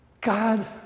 God